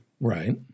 right